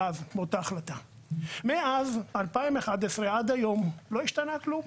מאז שנת 2011 ועד היום לא השתנה כלום.